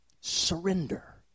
Surrender